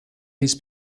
his